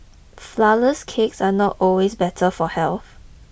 flourless cakes are not always better for health